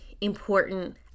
important